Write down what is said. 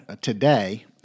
today